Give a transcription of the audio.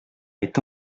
est